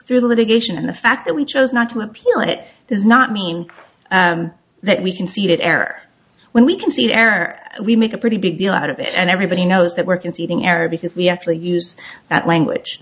through the litigation and the fact that we chose not to appeal it does not mean that we can see that error when we can see the error we make a pretty big deal out of it and everybody knows that we're conceding error because we actually use that language